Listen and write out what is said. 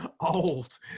old